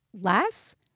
less